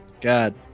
God